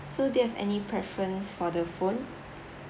so do you have any preference for the phone